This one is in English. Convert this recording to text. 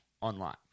online